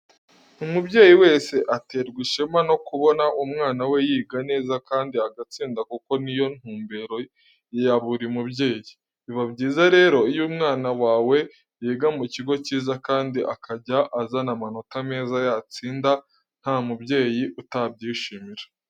Umubyeyi wese aterwa ishema no kubona umwana we yiga neza kandi agatsinda kuko ni yo ntumbero ya buri mubyeyi. Biba byiza rero iyo umwana wawe yiga mu kigo cyiza kandi akajya azana amanota meza yatsinze nta mubyeyi utabyishimira.